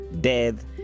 death